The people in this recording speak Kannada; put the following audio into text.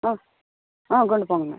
ಹ್ಞೂ ಹ್ಞೂ ಗುಂಡುಪಂಗ್ಳ